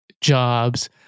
jobs